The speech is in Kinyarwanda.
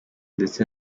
ndetse